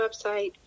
website